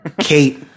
Kate